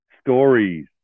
Stories